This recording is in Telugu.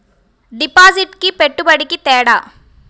డిపాజిట్కి పెట్టుబడికి తేడా?